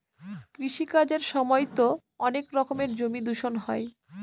কৃষি কাজের সময়তো অনেক রকমের জমি দূষণ হয়